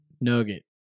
nugget